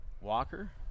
Walker